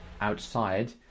outside